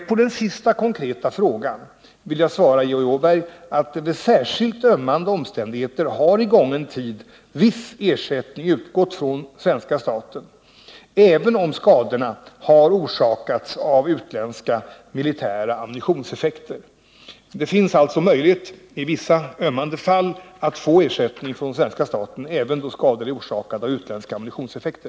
På den sista konkreta frågan vill jag svara Georg Åberg att under särskilt ömmande omständigheter har i gången tid viss ersättning utgått från svenska staten, även om skadorna har orsakats av utländska militära ammunitionseffekter. Det finns alltså möjlighet i vissa ömmande fall att få ersättning från svenska staten även då skador är orsakade av utländska ammunitionseffekter.